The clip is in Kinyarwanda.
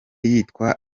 yitwa